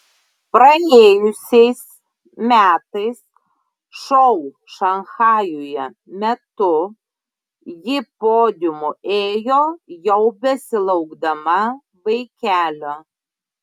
praėjusiais metais šou šanchajuje metu ji podiumu ėjo jau besilaukdama vaikelio